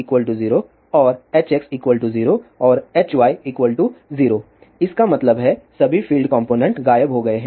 Ey 0 और Hx 0 और Hy 0 इसका मतलब है सभी फील्ड कॉम्पोनेन्ट गायब हो गए हैं